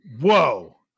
whoa